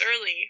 early